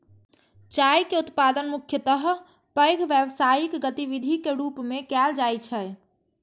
चाय के उत्पादन मुख्यतः पैघ व्यावसायिक गतिविधिक रूप मे कैल जाइ छै